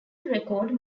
record